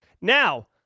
Now